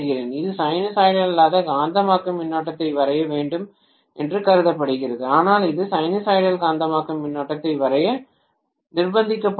இது சைனூசாய்டல் அல்லாத காந்தமாக்கும் மின்னோட்டத்தை வரைய வேண்டும் என்று கருதப்படுகிறது ஆனால் இது சைனூசாய்டல் காந்தமாக்கும் மின்னோட்டத்தை வரைய நிர்பந்திக்கப்படுகிறது